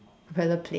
propeller plane